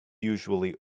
usually